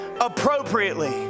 appropriately